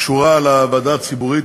קשורה לוועדה הציבורית.